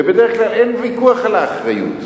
ובדרך כלל אין ויכוח על האחריות